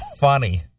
funny